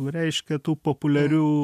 reiškia tų populiarių